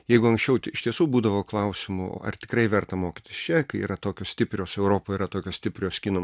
jeigu anksčiau iš tiesų būdavo klausimų ar tikrai verta mokytis čia kai yra tokios stiprios europoj yra tokios stiprios kino